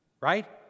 Right